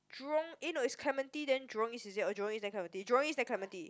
Jurong eh no is Clementi then Jurong-East is it or Jurong-East then Clementi Jurong-East then Clementi